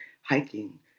hiking